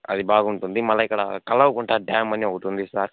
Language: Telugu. అది బాగుంటుంది మళ్ళీ ఇక్కడ కలవకుంట డ్యామ్ అని ఒకటుంది సార్